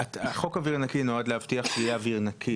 חוק אוויר נקי נועד להבטיח שיהיה אוויר נקי